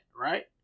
right